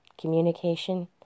Communication